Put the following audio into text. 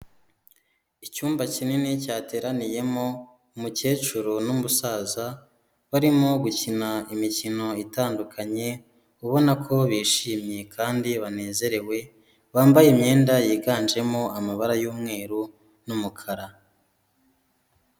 Icyumba kinini cyateraniyemo umukecuru n'umusaza, barimo gukina imikino itandukanye ubona ko bishimye, kandi banezerewe bambaye imyenda yiganjemo amabara y'umweru n'umukara.